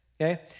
okay